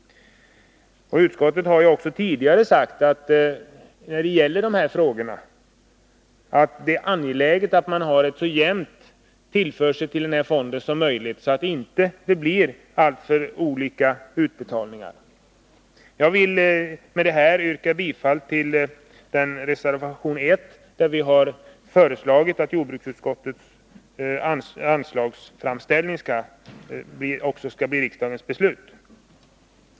Också utskottet har ju tidigare framhållit att det är angeläget med en så jämn avsättning till fonden som möjligt — med hänsyn också till utbetalningarna. Det måste finnas pengar om det skulle inträffa en skördekatastrof. Jag vill med detta yrka bifall till reservation 1, där vi föreslagit att regeringens förslag också skall bli riksdagens beslut.